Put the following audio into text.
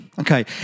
okay